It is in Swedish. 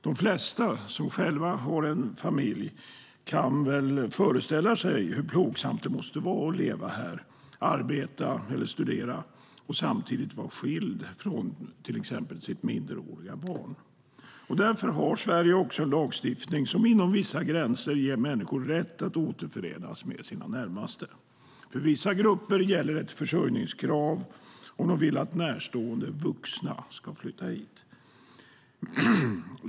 De flesta som själva har en familj kan väl föreställa sig hur plågsamt det måste vara att leva, arbeta eller studera här om man samtidigt måste vara skild från till exempel sitt minderåriga barn. Därför har Sverige också en lagstiftning som inom vissa gränser ger människor rätt att återförenas med sina närmaste. För vissa grupper gäller ett försörjningskrav om de vill att närstående vuxna ska flytta hit.